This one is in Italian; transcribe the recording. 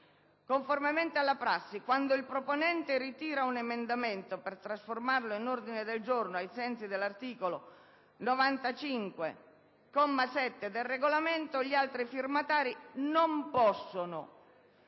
Conformemente alla prassi, quando il proponente ritira un emendamento per trasformarlo in ordine del giorno ai sensi dell'articolo 95, comma 7, del Regolamento, gli altri firmatari non possono